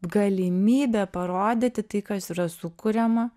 galimybė parodyti tai kas yra sukuriama